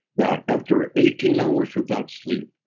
now, after eighteen hours without sleep,